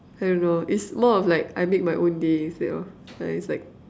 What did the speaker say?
I don't know it's more of like I made my own day instead of uh it's like